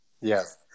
Yes